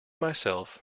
myself